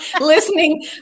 listening